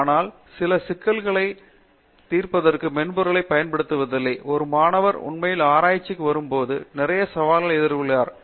ஆனால் சில சிக்கல்களைத் தீர்ப்பதற்கான மென்பொருளைப் பயன்படுத்துவதில்லை ஒரு மாணவர் உண்மையில் ஆராய்ச்சிக்கு வரும் போது நிறைய சவால்களை எதிர்கொள்கிறார்கள்